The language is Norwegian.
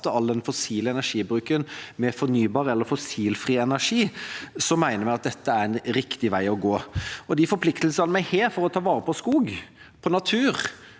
all den fossile energibruken med fornybar eller fossilfri energi, mener vi at dette er en riktig vei å gå. De forpliktelsene vi har for å ta vare på skog og natur,